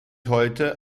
heute